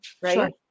right